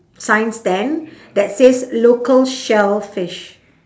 sign stand that says local shellfish